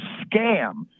scam